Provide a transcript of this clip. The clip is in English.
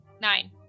nine